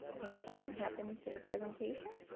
think something happened to the presentation.